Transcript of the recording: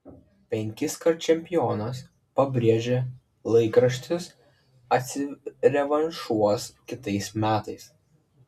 penkiskart čempionas pabrėžė laikraštis atsirevanšuos kitais metais